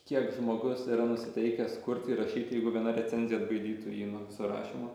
kiek žmogus yra nusiteikęs kurti ir rašyti jeigu viena recenzija atbaidytų jį nuo viso rašymo